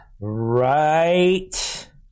right